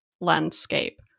landscape